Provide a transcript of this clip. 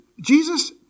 Jesus